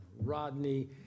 Rodney